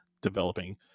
developing